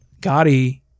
Gotti